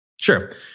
Sure